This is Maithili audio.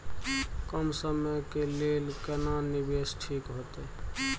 कम समय के लेल केना निवेश ठीक होते?